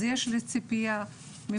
אז יש לי ציפייה מפה,